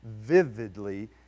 vividly